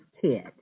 kid